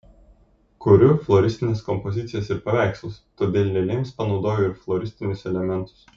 kuriu floristines kompozicijas ir paveikslus todėl lėlėms panaudojau ir floristinius elementus